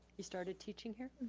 he started teaching here.